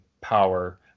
power